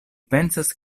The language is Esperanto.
pensas